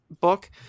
book